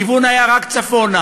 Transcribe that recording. הכיוון היה רק צפונה,